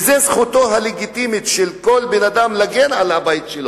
וזאת זכותו הלגיטימית של כל בן-אדם להגן על הבית שלו,